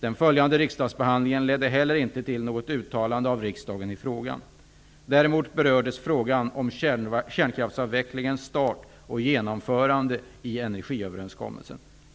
Den följande riksdagsbehandlingen ledde heller inte till något uttalande av riksdagen i frågan. Däremot berördes frågan om kärnkraftsavvecklingens start och genomförande i energiöverenskommelsen.